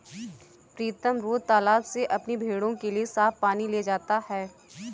प्रीतम रोज तालाब से अपनी भेड़ों के लिए साफ पानी ले जाता है